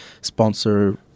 sponsor